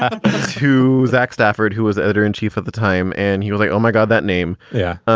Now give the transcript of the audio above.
ah who? zach stafford, who is editor in chief at the time. and he was like, oh, my god, that name. yeah.